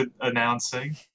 announcing